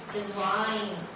divine